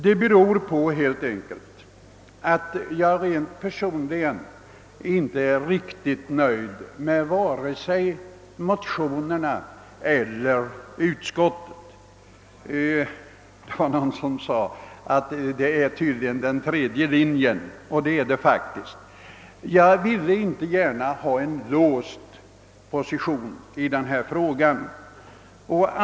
Det beror helt enkelt på att jag rent personligen inte är riktigt nöjd med vare sig motionerna eller utskottsutlåtandet. Det var någon som sade att det här tydligen fanns en tredje linje, och det är faktiskt på det sättet. Jag vill inte gärna ha en låst position i denna fråga.